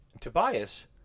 Tobias